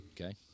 Okay